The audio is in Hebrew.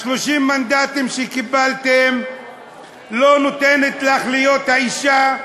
30 המנדטים שקיבלתם לא נותנים לך להיות האישה